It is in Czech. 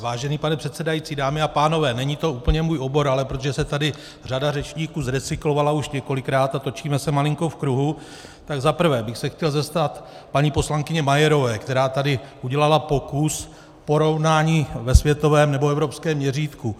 Vážený pane předsedající, dámy a pánové, není to úplně můj obor, ale protože se tady řada řečníků zrecyklovala už několikrát a točíme se malinko v kruhu, tak za prvé bych se chtěl zastat paní poslankyně Majerové, která tady udělala pokus porovnání ve světovém nebo evropském měřítku.